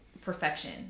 perfection